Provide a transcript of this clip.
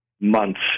months